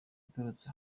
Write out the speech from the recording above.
iturutse